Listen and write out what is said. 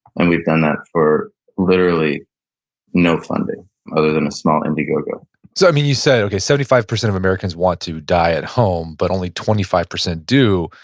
and we've done that for literally no funding other than a small indiegogo so, i mean you said okay seventy five percent of americans want to die at home, but only twenty five percent do.